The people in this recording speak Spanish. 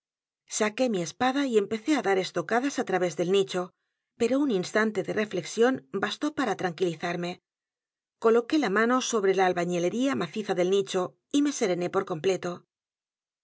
saqué mi espada y empecé á dar estocadas á través del n i c h o pero un instante de reflexión bastó para tranquilizarme coloqué la mano sobre l a albañiiería maciza del nicho y me serené por completo